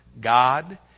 God